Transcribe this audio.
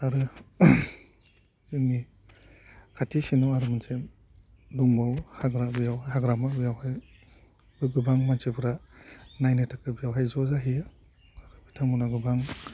आरो जोंनि खाथिसिनाव आरो मोनसे दंबावो हाग्रा बेयाव हाग्रामा बेयाव गोबां मानसिफ्रा नायनो थाखाय बेयावहाय ज' जाहैयो बिथांमोनहा गोबां